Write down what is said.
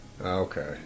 Okay